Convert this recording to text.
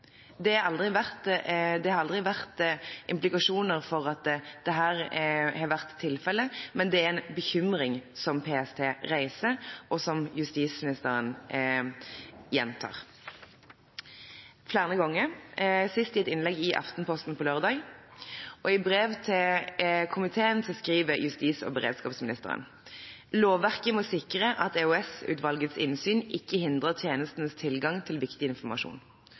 Dette har aldri skjedd. Det har aldri vært indikasjoner på at dette har vært tilfellet, men det er en bekymring som PST reiser, og som justisministeren har gjentatt flere ganger, sist i et innlegg i Aftenposten på lørdag. I brev til komiteen skriver justis- og beredskapsministeren: «Lovverket må sikre at EOS-utvalgets innsyn ikke hindrer tjenestenes tilgang til viktig informasjon.